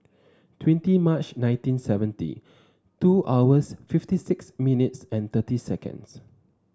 twenty March nineteen seventy two hours fifty six minutes and thirty seconds